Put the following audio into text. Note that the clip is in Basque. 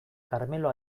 karmelo